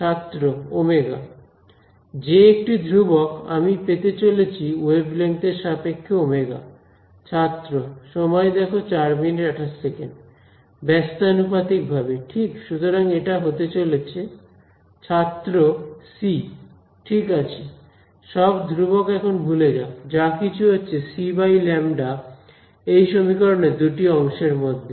ছাত্র ওমেগাω জে একটি ধ্রুবক আমি পেতে চলেছি ওয়েভলেঙ্থ এর সাপেক্ষে ওমেগা ω ব্যস্তানুপাতিক ভাবে ঠিক সুতরাং এটা হতে চলেছে ছাত্র C ঠিক আছে সব ধ্রুবক এখন ভুলে যাও যা কিছু হচ্ছে Cλ এই সমীকরণে দুটি অংশের মধ্যে